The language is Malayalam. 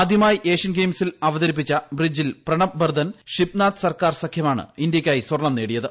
ആദ്യമായി ഏഷ്യൻ ഗെയിംസിൽ അവതിരിപ്പിച്ച ബ്രിജിൽ പ്രണബ് ബർധൻ ഷിബ്നാഥ് സർക്കാർ സഖ്യമാണ് ഇന്ത്യക്കായി സ്വർണ്ണം നേടിയത്